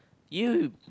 you